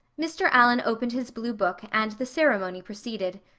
mr. allan opened his blue book and the ceremony proceeded.